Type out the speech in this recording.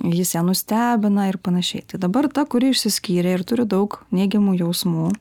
jis ją nustebina ir panašiai tai dabar ta kuri išsiskyrė ir turi daug neigiamų jausmų